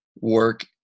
work